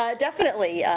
ah definitely.